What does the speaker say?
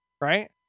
Right